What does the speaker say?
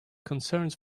concerns